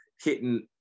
hitting